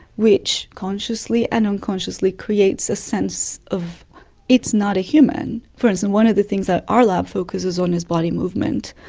which consciously and unconsciously creates a sense of it's not a human. for instance, one of the things that our lab focuses on is body movement.